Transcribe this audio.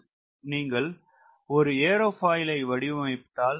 நீங்கள் ஒரு ஏரோபாயிலை வடிவமைத்தால் அதை 0